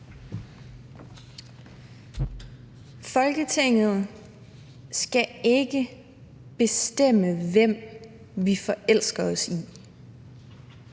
Folketinget skal ikke bestemme, hvem vi forelsker os i.